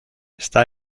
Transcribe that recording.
está